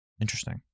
interesting